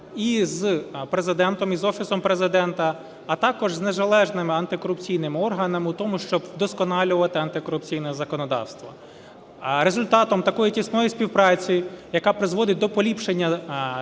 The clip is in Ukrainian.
і з Президентом, і з Офісом Президента, а також з незалежними антикорупційними органами у тому, щоб удосконалювати антикорупційне законодавство. Результатом такої тісної співпраці, яка призводить до поліпшення